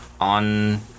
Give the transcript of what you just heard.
on